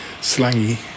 slangy